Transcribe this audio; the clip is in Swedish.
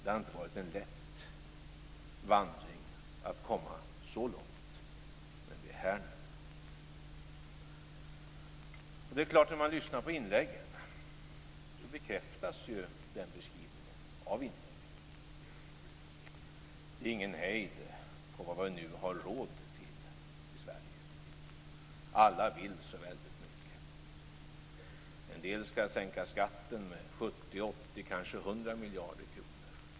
Det har inte varit en lätt vandring att komma så långt, men vi är här nu. När man lyssnar på inläggen bekräftas också den beskrivningen. Det är ingen hejd på vad vi nu har råd till i Sverige. Alla vill så väldigt mycket. En del skall sänka skatten med 70, 80, kanske 100 miljarder kronor.